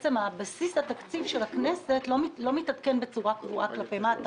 בסיס בסיס התקציב של הכנסת לא מתעדכן בצורה קבועה כלפי מטה.